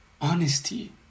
honesty